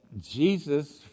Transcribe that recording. Jesus